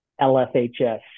LFHS